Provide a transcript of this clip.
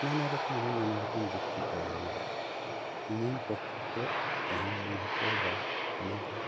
ᱱᱟᱱᱟ ᱨᱚᱠᱚᱢ ᱦᱚᱲ ᱱᱟᱱᱟ ᱨᱚᱠᱚᱢ ᱡᱩᱠᱛᱤ ᱠᱚ ᱮᱢ ᱮᱫᱟ ᱤᱧᱟᱹᱝ ᱯᱚᱠᱠᱷᱚ ᱠᱷᱚᱱ ᱡᱟᱦᱟᱧ ᱢᱮᱱ ᱦᱚᱪᱚᱭᱮᱫᱟ ᱚᱱᱟ ᱫᱚ